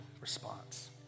response